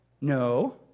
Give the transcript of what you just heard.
No